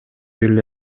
эле